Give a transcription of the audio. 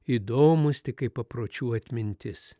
įdomūs tik kaip papročių atmintis